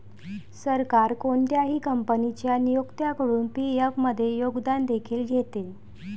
सरकार कोणत्याही कंपनीच्या नियोक्त्याकडून पी.एफ मध्ये योगदान देखील घेते